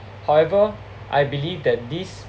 however I believe that these